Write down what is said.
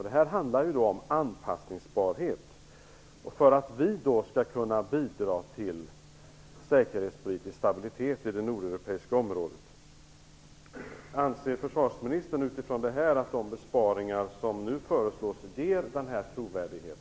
Det här handlar ju om anpasslighet och att vi skall kunna bidra till säkerhetspolitisk stabilitet i det nordeuropeiska området. Anser försvarsministern utifrån detta att de besparingar som nu föreslås ger denna trovärdighet?